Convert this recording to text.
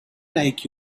like